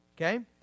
okay